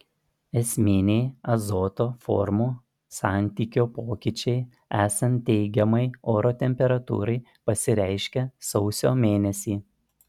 esminiai azoto formų santykio pokyčiai esant teigiamai oro temperatūrai pasireiškia sausio mėnesį